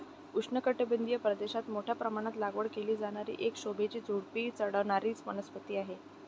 उष्णकटिबंधीय प्रदेशात मोठ्या प्रमाणात लागवड केली जाणारी एक शोभेची झुडुपी चढणारी वनस्पती